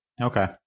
Okay